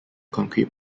concrete